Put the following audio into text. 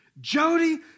Jody